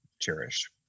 cherish